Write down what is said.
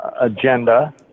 agenda